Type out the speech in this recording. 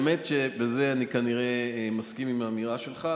האמת היא שבזה אני כנראה מסכים עם האמירה שלך.